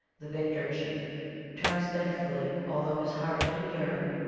the victor chief turns thankfully, although his heart do yearn,